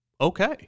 okay